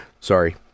Sorry